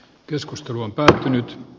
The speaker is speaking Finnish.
keskustelu on päättynyt